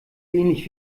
ähnlich